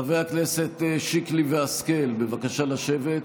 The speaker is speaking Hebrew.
חברי הכנסת שיקלי והשכל, בבקשה לשבת.